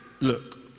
look